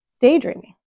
daydreaming